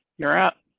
you're up.